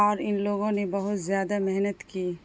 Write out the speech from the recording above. اور ان لوگوں نے بہت زیادہ محنت کی